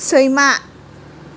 सैमा